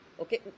Okay